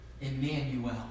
Emmanuel